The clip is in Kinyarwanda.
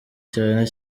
cyane